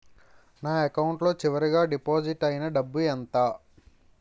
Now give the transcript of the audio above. నా అకౌంట్ లో చివరిగా డిపాజిట్ ఐనా డబ్బు ఎంత?